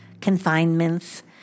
confinements